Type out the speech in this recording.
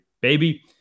baby